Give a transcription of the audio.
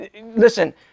Listen